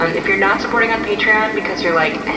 um if you're not supporting on patreon because you're like, ah,